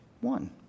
One